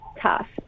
tough